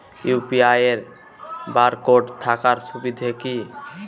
UPI এর barcode থাকার সুবিধে কি?